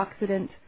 antioxidant